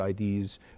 IDs